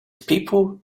people